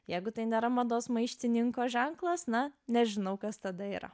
jeigu tai nėra mados maištininko ženklas na nežinau kas tada yra